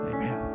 Amen